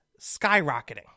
skyrocketing